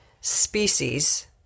species